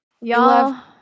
Y'all